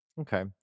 Okay